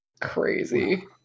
Crazy